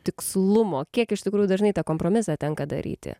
tikslumo kiek iš tikrųjų dažnai tą kompromisą tenka daryti